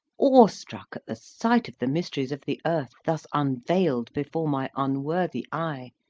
awestruck at the sight of the mysteries of the earth, thus unveiled before my unworthy eye,